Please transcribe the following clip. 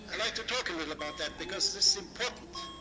like to talk a little about that, because this is important.